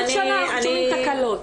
כל שנה אנחנו שומעים תקלות.